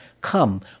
come